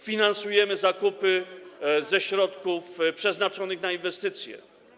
Finansujemy zakupy ze środków przeznaczonych na inwestycje.